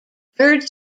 bird